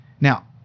Now